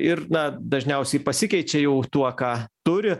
ir na dažniausiai pasikeičia jau tuo ką turi